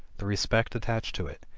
the respect attached to it,